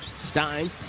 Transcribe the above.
Stein